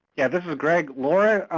yeah, this is greg. laura,